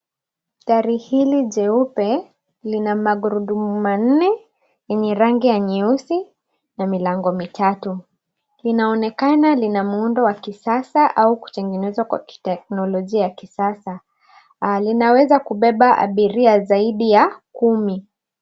Gari hili jeupe lina magurudumu manne yenye rangi ya nyeusi na milango mitatu. Linaonekana lina muundo wakisasa au kutengenezwa kwa kiteknolojia ya kisasa. Linaweza kubeba abiria zaidi ya kumi.